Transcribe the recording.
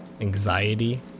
anxiety